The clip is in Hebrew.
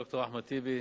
ד"ר אחמד טיבי,